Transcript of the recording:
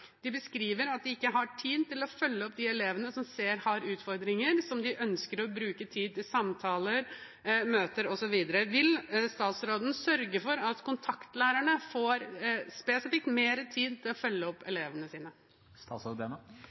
De beskriver at de ikke har tid til å følge opp de elevene som de ser har utfordringer, og som de ønsker å bruke tid på, i samtaler, møter osv. Vil statsråden sørge for at kontaktlærerne får mer tid til å følge opp elevene sine?